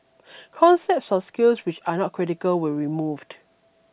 concepts or skills which are not critical were removed